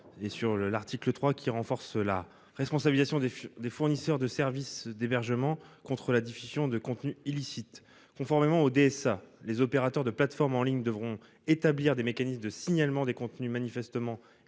3 a pour objet de renforcer la responsabilisation des fournisseurs de services d'hébergement contre la diffusion de contenus illicites. Conformément au DSA, les opérateurs de plateforme en ligne devront établir des mécanismes de signalement des contenus manifestement